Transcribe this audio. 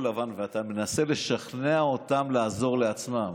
לבן ואתה מנסה לשכנע אותם לעזור לעצמם.